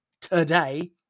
today